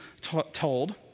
told